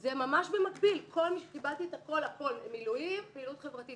זה ממש במקביל, מילואים, פעילות חברתית.